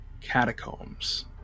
catacombs